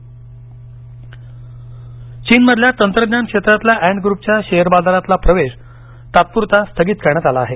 ant Group नोंदणी चीनमधली तंत्रज्ञान क्षेत्रातल्या अँट ग्रुपच्या शेअर बाजारातला प्रवेश तात्पुरता स्थगित करण्यात आला आहे